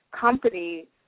company